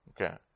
Okay